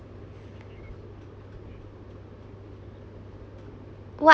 what